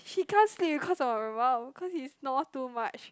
she can't sleep because of my mum cause he snores too much